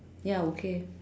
ya okay